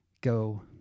go